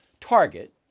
Target